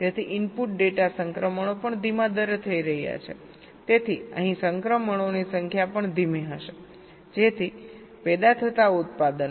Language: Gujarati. તેથી ઇનપુટ ડેટા સંક્રમણો પણ ધીમા દરે થઈ રહ્યા છે તેથી અહીં સંક્રમણોની સંખ્યા પણ ધીમી હશે જેથી પેદા થતા ઉત્પાદનો